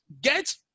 get